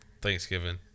Thanksgiving